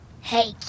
Hey